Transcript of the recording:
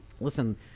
Listen